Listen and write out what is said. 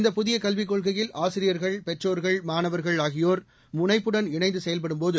இந்த புதிய கல்விக் கொள்கையில் ஆசிரியர்கள் பெற்றோர்கள் மாணவர்கள் ஆகியோர் முனைப்புடன் இணைந்து செயல்படும்போது